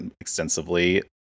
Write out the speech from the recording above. extensively